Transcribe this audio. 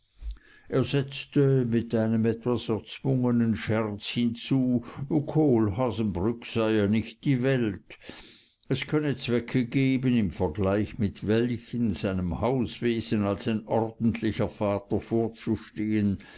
er setzte mit einem etwas erzwungenen scherz hinzu kohlhaasenbrück sei ja nicht die welt es könne zwecke geben in vergleich mit welchen seinem hauswesen als ein ordentlicher vater vorzustehen